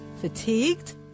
Fatigued